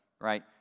right